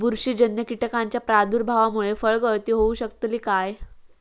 बुरशीजन्य कीटकाच्या प्रादुर्भावामूळे फळगळती होऊ शकतली काय?